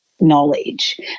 knowledge